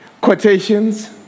quotations